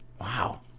Wow